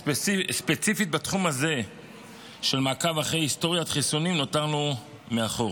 ספציפית בתחום הזה של מעקב אחרי היסטוריית חיסונים נותרנו מאחור.